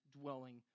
dwelling